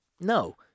no